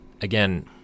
again